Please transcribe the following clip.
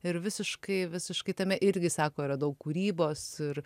ir visiškai visiškai tame irgi sako yra daug kūrybos ir